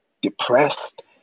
depressed